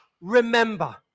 remember